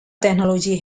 technology